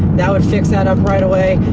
that would fix that up right away.